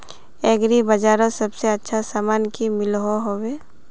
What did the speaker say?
Agri बजारोत सबसे अच्छा सामान की मिलोहो होबे?